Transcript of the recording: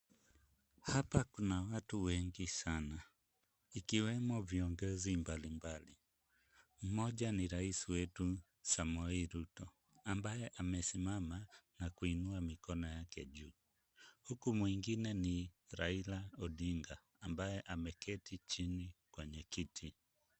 Hapa kuna watu wengi sana, ikiwemo viongozi mbalimbali. Mmoja ni Rais wetu, Samoei Ruto, ambaye amesimama na kuinua mikono yake juu. Huku mwingine ni Raila Odinga, ambaye ameketi chini kwenye kiti.